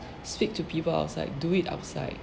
speak to people outside do it outside